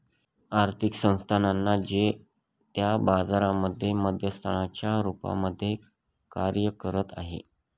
आर्थिक संस्थानांना जे त्या बाजारांमध्ये मध्यस्थांच्या रूपामध्ये कार्य करत आहे